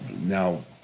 now